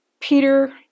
Peter